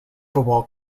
football